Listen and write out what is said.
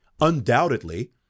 Undoubtedly